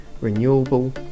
renewable